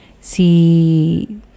si